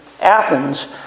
Athens